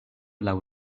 laŭ